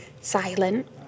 silent